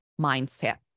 mindset